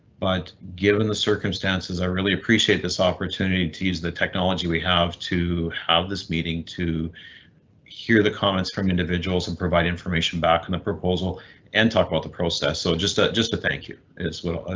but given the circumstances i really appreciate this opportunity to use the technology we have to have this meeting to hear the comments from individuals and provide information back on the proposal and talk about the process. so just ah just to thank you as well, ah